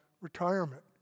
retirement